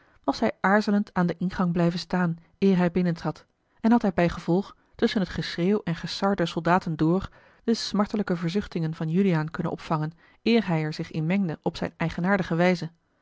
was hij aarzelend aan den ingang blijven staan eer hij binnentrad en had hij bijgevolg tusschen het geschreeuw en gesar der soldaten door de smartelijke verzuchtingen van juliaan kunnen opvangen eer hij er zich in mengde op zijne eigenaardige wijze